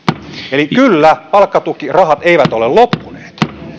eli kyllä palkkatukirahat eivät ole loppuneet